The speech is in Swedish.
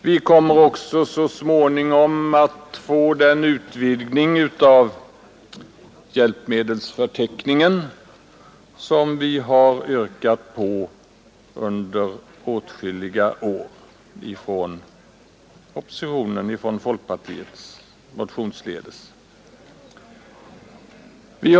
Vi kommer också så småningom att få den utvidgning av hjälpmedelsförteckningen som vi från folkpartiet i motioner har yrkat på under åtskilliga år.